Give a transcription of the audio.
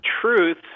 truth